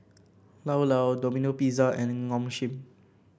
Llao Llao Domino Pizza and Nong Shim